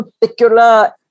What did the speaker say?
particular